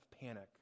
panic